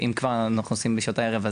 אם כבר אנחנו נוסעים בשעות הערב,